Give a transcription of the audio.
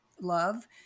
love